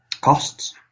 costs